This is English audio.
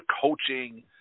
coaching